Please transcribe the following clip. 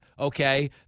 okay